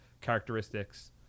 characteristics